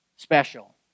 special